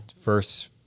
first